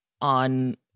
on